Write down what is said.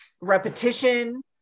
repetition